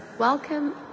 Welcome